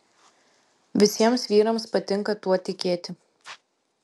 visiems vyrams patinka tuo tikėti